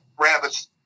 rabbits